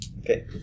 Okay